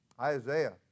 Isaiah